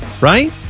right